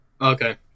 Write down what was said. Okay